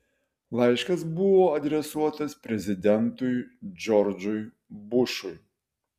laiškas buvo adresuotas prezidentui džordžui bušui